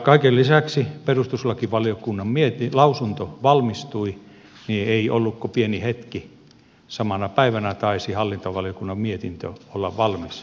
kaiken lisäksi kun perustuslakivaliokunnan lausunto valmistui niin ei ollut kuin pieni hetki samana päivänä taisi olla kun hallintovaliokunnan mietintö oli valmis